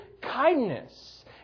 kindness